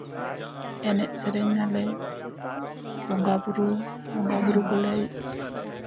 ᱮᱱᱮᱡᱼᱥᱮᱹᱨᱮᱹᱧᱟᱞᱮ ᱵᱚᱸᱜᱟᱼᱵᱩᱨᱩ ᱵᱚᱸᱜᱟᱼᱵᱩᱨᱩ ᱠᱚᱞᱮ